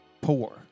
poor